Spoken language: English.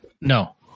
No